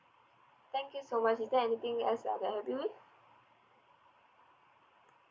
thank you so much is there anything else I can help you with